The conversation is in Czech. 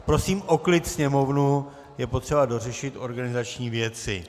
Prosím o klid sněmovnu, je potřeba dořešit organizační věci.